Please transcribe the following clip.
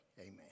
Amen